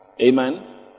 Amen